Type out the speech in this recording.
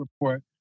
report